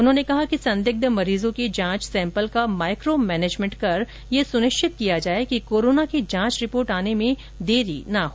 उन्होंने कहा कि संदिग्ध मरीजों के जांच सैम्पल का माइक्रो मैनेजमेन्ट कर यह सुनिश्चित किया जाए कि कोरोना की जांच रिपोर्ट आने में देरी नहीं हो